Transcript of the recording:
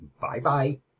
Bye-bye